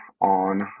on